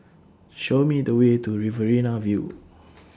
Show Me The Way to Riverina View